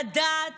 לדעת